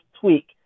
tweak